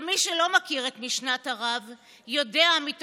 גם מי שלא מכיר את משנת הרב יודע מתוך